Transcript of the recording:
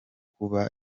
kuba